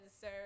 sir